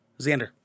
xander